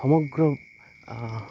সমগ্ৰ